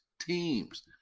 teams